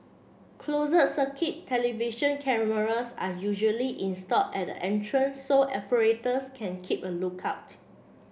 closed circuit television cameras are usually installed at the entrances so operators can keep a look out